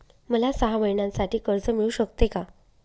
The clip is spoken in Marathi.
मला सहा महिन्यांसाठी कर्ज मिळू शकते का?